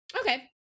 okay